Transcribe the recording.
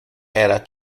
era